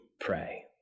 pray